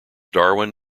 darwin